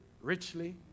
richly